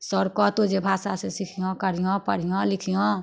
sir कहतौ जे भाषा से सिखी हँ करी हँ पढ़ी हँ लिखी हँ